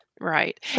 Right